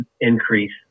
increase